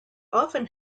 often